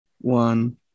one